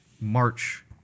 march